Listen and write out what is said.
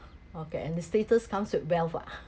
okay and the status comes with wealth ah